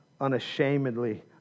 unashamedly